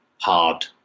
hard